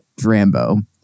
Drambo